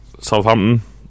Southampton